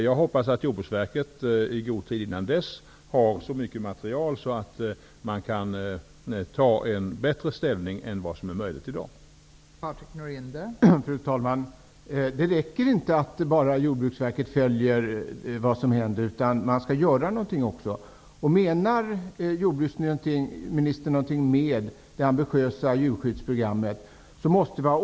Jag hoppas att Jordbruksverket i god tid dessförinnan har så mycket material att ett bättre ställningstagande kan göras än vad som är möjligt att åstadkomma i dag.